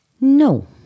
No